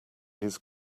his